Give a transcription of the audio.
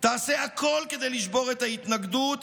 תעשה הכול כדי לשבור את ההתנגדות,